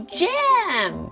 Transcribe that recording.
jam